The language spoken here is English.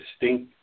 distinct